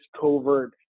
covert